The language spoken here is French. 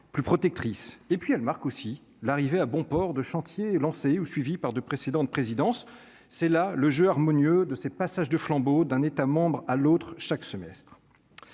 plus protectrice, et puis elle marque aussi l'arrivée à bon port de chantiers lancés ou suivi par de précédentes présidences, c'est là le jeu harmonieux de ses passage de flambeau d'un État membre à l'autre, chaque semestre